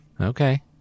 Okay